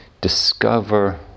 discover